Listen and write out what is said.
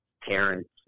parents